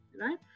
right